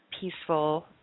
peaceful